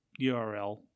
URL